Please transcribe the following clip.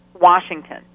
Washington